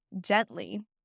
gently